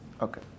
Okay